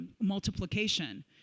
multiplication